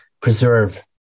preserve